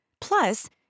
Plus